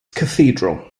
cathedral